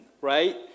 right